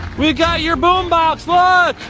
we've got your boombox, look!